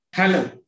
Hello